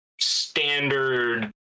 standard